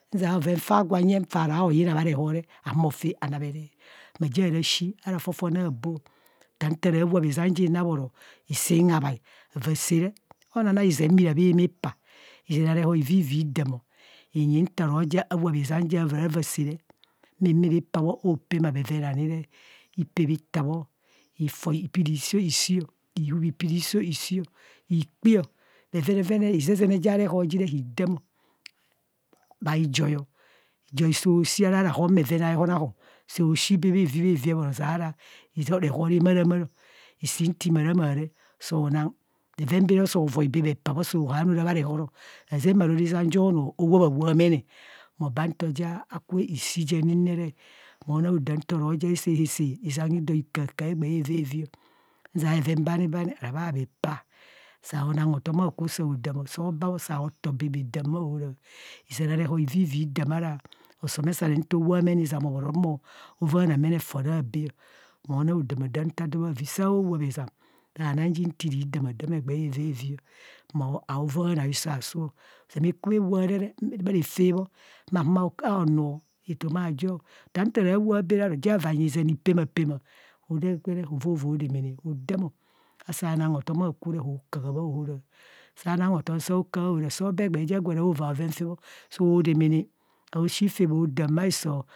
Nzia bhoven fa gwo nyeng fa raoyina bha reho re ahumo fe maa namere, maa jieng ara shi ara fofone aboọ ota nta ra wap izam ji ne abhoro, isin habhai avaa sa re, ananang izen inira mi paa. Izen a re ho hivivi dam ọ nyi nta raja awap izem ja ra ava sa re, mi humo ure pa bho opema bheven ani re ipebhitaba, ifai ipere hiso isio, ihub ipiri hiso ishi, ikpio, bhevenevene, izazene ja reho jire hidamọ maa ijoi so shi bee bhavi bhevi abhora azeara reho remarama ro, isin nti marama so nang bheven bha so voi bee saa bee pabho ara bhe ro ara bha rehoro hazeng bharo ara izam jo nọọ owap awap mene mo ban nto ja ikubho ishi ji ani re, monang odam nto roja asa ạ izam ido ikahakaha egbee evievi ọ nzai bheven baani baani ara bhakhepa. Sao nang hotom akwo sao dam o. Soo baa bho sao tọọ bạạ bha dam bha ahora. Izen a re ho hivivi dam o ara osamesane nto wap mene izam obhoro mo vanaa mene fonabe o. Monang odam adam ado bhavi sao wap izam, saa nang ji nti re damadam ọ egbee evievi ọ maa vana hiso asu, ozama ekubho awap re bha refe bho, ma humo aonuọ etoma aajo ota ntara wap baa raru ajieng avanyi izen ipemapema huyeng kwa re hovovo demana ọ ho dam ọ. Asaa nang hotom akwo ne. hokaha bhaohora, saa nang hotom sao kaha bhaohora, soo baa egbee ja agwo ara aova bhoven fe bho so damano aoshi fe bho dam baiso.